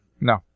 No